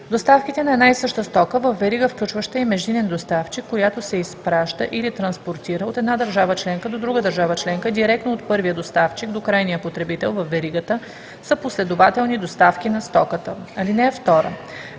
Доставките на една и съща стока във верига, включваща и междинен доставчик, която се изпраща или транспортира от една държава членка до друга държава членка директно от първия доставчик до крайния получател във веригата, са последователни доставки на стоката. (2) Междинен